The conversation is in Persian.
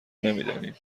نمیدانیم